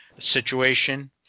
situation